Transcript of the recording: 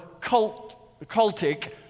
cultic